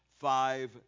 five